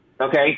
Okay